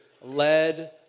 led